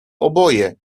oboje